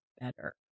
better